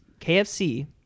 KFC